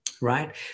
right